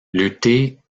lutter